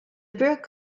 brook